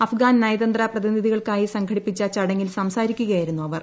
അഫ്ഗാൻ നയതന്ത്ര പ്രതിനിധികൾക്കായി സംഘടിപ്പിച്ച ചടങ്ങിൽ സംസാരിക്കുകയായിരുന്നു അവർ